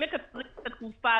אם מקצרים את התקופה,